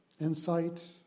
insight